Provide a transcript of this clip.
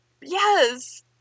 Yes